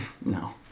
No